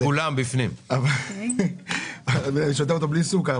אני שותה אותו בלי סוכר,